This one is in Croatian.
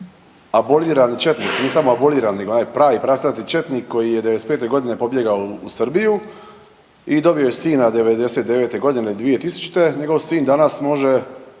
abolirani četni, nisam abolirani nego onaj pravi, pravcati četnik koji je '95.g. pobjegao u Srbiju i dobio je sina '99.g., 2000. njegov sin danas može